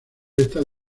estas